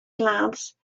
glance